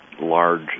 large